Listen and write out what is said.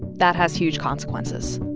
that has huge consequences